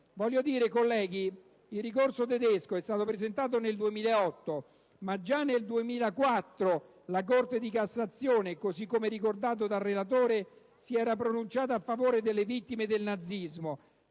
il ricorso tedesco è stato presentato nel 2008, ma già nel 2004 la Corte di cassazione, così come ricordato dal relatore, si era pronunciata a favore delle vittime del nazismo.